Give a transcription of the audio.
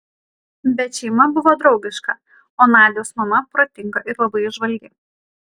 bet šeima buvo draugiška o nadios mama protinga ir labai įžvalgi